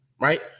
right